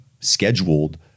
scheduled